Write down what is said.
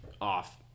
off